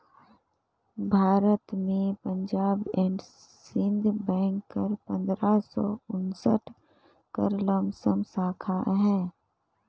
भारत में Punjab and Sind bank कर पंदरा सव उन्सठ कर लमसम साखा अहे